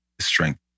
strength